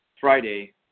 Friday